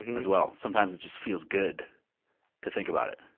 as well. sometimes it just feels good to think about it.